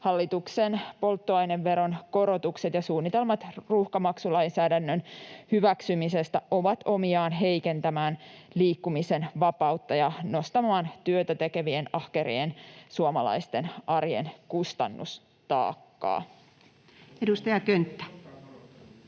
hallituksen polttoaineveron korotukset ja suunnitelmat ruuhkamaksulainsäädännön hyväksymisestä ovat omiaan heikentämään liikkumisen vapautta ja nostamaan työtä tekevien ahkerien suomalaisten arjen kustannustaakkaa. [Aki Lindén: